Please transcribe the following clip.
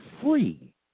free